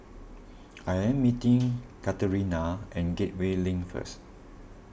I am meeting Katharina at Gateway Link first